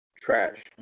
Trash